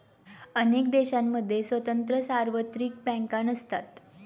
अनेक देशांमध्ये स्वतंत्र सार्वत्रिक बँका नसतात